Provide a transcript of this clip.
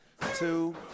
two